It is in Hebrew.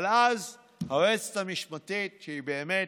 אבל אז היועצת המשפטית, שהיא באמת